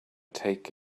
take